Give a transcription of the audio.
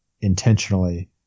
intentionally